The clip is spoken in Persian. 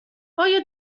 آیا